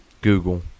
Google